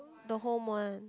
the home one